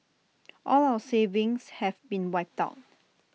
all our savings have been wiped out